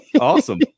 Awesome